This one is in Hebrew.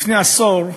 לפני עשור,